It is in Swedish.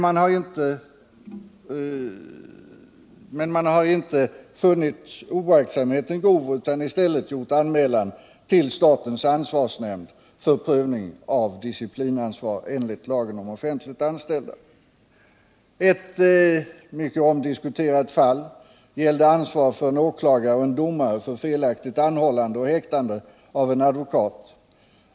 Man har inte funnit oaktsamheten grov, och man har i stället gjort anmälan till statens ansvarsnämnd för prövning av disciplinansvar enligt lagen om offentligt anställda. Ett mycket omdiskuterat fall gällde ansvar för en åklagare och en domare för felaktigt anhållande och häktande av en advokat.